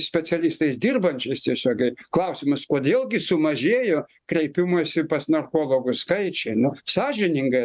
specialistais dirbančiais tiesiogiai klausimas kodėl gi sumažėjo kreipimosi pas narkologus skaičiai nu sąžiningai